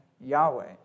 Yahweh